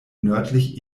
nördlich